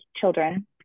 children